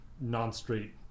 non-straight